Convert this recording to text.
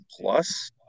plus